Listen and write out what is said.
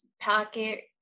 pocket